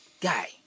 Guy